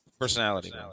personality